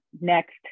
next